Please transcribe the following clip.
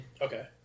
Okay